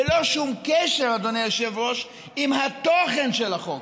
ללא שום קשר, אדוני היושב-ראש, לתוכן של החוק.